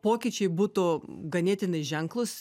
pokyčiai būtų ganėtinai ženklūs